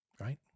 right